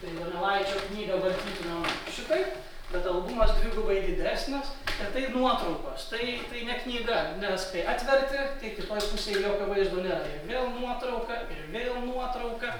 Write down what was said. tai donelaičio knygą vartytumėm šitaip bet albumas dvigubai didesnis bet tai nuotraukos tai tai ne knyga nes kai atverti tai kitoj pusėj jokio vaizdo nėr vėl nuotrauka ir vėl nuotrauka